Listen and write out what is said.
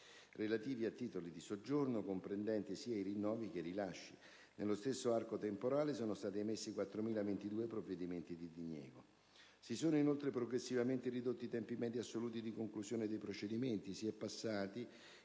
relativi a titoli di soggiorno, comprendenti sia i rinnovi che i rilasci. Nello stesso arco temporale, sono stati emessi 4.022 provvedimenti di diniego. Si sono, inoltre, progressivamente ridotti i tempi medi assoluti di conclusione dei procedimenti: si è passati